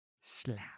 Slap